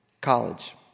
college